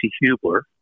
Hubler